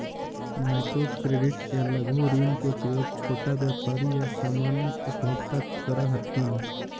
micro credit या लघु ऋण के उपयोग छोटा व्यापारी या सामान्य उपभोक्ता करऽ हथिन